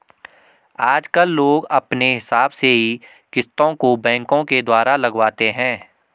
आजकल लोग अपने हिसाब से ही किस्तों को बैंकों के द्वारा लगवाते हैं